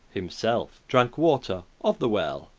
himself drank water of the well,